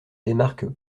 démarque